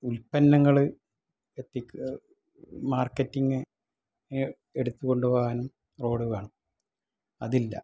ഉൽപ്പന്നങ്ങൾ എത്തിക്കുക മാർക്കറ്റിങ്ങ് എടുത്തുകൊണ്ടുപോകാൻ റോഡ് വേണം അതില്ല